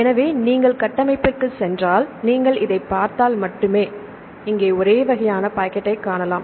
எனவே நீங்கள் கட்டமைப்பிற்குச் சென்றால் நீங்கள் இதை பார்த்தால் மட்டுமே இங்கே ஒரு வகையான பாக்கெட்டைக் காணலாம்